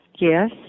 Yes